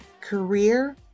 career